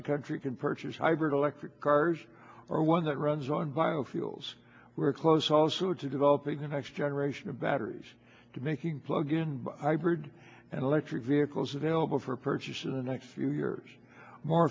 the country can purchase hybrid electric cars are one that runs on bio fuels we're close also to developing the next generation of batteries to making plug in hybrid and electric vehicles available for purchase in the next few years more